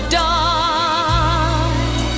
die